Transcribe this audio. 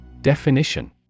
Definition